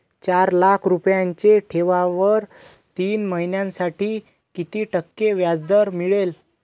चार लाख रुपयांच्या ठेवीवर तीन महिन्यांसाठी किती टक्के व्याजदर मिळेल?